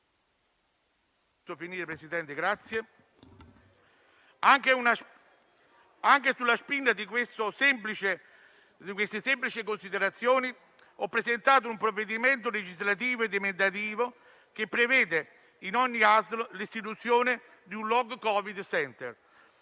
Anche sulla spinta di queste semplici considerazioni ho presentato un provvedimento legislativo ed emendativo che prevede l'istituzione di un post-long Covid center